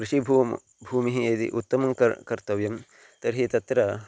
कृषिभूमिः भूमिः यदि उत्तमं कर्तव्यं कर्तव्यं तर्हि तत्र